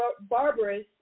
barbarous